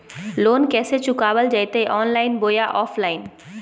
Loan कैसे चुकाबल जयते ऑनलाइन बोया ऑफलाइन?